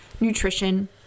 nutrition